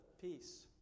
peace